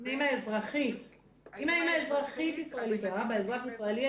אם האימא אזרחית ישראלית או האבא אזרח ישראלי,